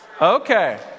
Okay